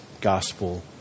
gospel